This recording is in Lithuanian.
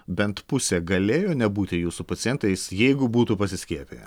bent pusė galėjo nebūti jūsų pacientais jeigu būtų pasiskiepiję